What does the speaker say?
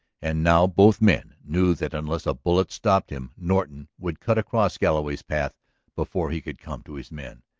and now both men knew that unless a bullet stopped him norton would cut across galloway's path before he could come to his men.